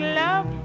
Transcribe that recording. love